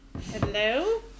Hello